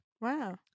Wow